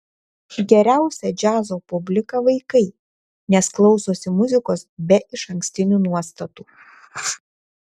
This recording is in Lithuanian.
geriausia džiazo publika vaikai nes klausosi muzikos be išankstinių nuostatų